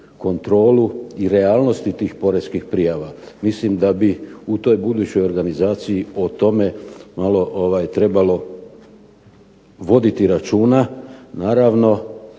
kontrolu i realnosti tih poreskih prijava, mislim da bi u toj budućoj organizaciji o tome malo trebalo voditi računa, naravno